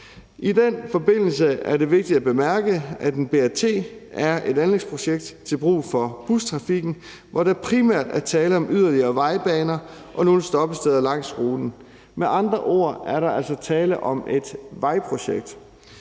I den forbindelse er det vigtigt at bemærke, at en BRT er et anlægsprojekt til brug for bustrafikken, hvor der primært er tale om yderligere vejbaner og nogle stoppesteder langs ruten. Med andre ord er der altså tale om et vejprojekt,